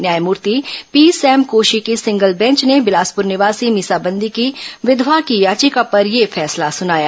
न्यायमूर्ति पी सेम कोशी के single bench ने बिलासपूर निवासी मीसाबंदी की विधवा की याचिका पर यह फैसला सुनाया